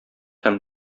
һәм